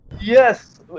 yes